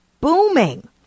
booming